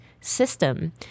system